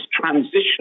transition